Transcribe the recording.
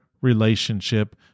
relationship